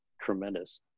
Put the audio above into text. tremendous